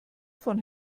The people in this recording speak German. von